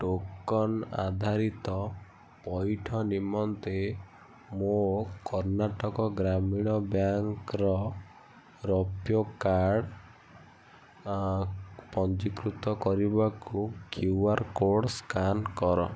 token ଆଧାରିତ ପଇଠ ନିମନ୍ତେ ମୋ କର୍ଣ୍ଣାଟକ ଗ୍ରାମୀଣ ବ୍ୟାଙ୍କ୍ର ରୂପୈ କାର୍ଡ଼୍ ପଞ୍ଜୀକୃତ କରିବାକୁ କ୍ୟୁ ଆର କୋଡ଼ ସ୍କାନ କର